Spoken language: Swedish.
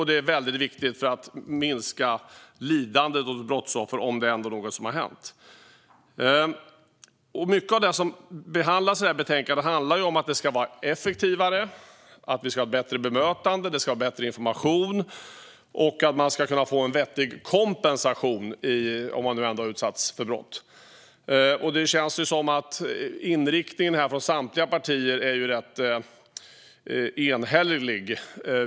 Det är viktigt för att minska lidandet hos brottsoffer när något ändå har hänt. Mycket av det som behandlas i betänkandet handlar om att arbetet ska vara effektivare, att bemötandet ska vara bättre, att informationen ska vara bättre och att man ska få vettig kompensation om man ändå har utsatts för brott. Det känns som att inriktningen från samtliga partier är ganska enhällig.